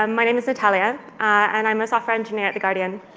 um my name is natalia and i'm a software engineer at the guardian.